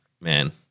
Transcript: man